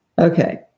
Okay